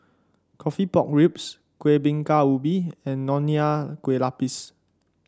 coffee Pork Ribs Kueh Bingka Ubi and Nonya Kueh Lapis